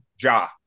Ja